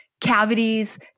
cavities